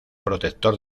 protector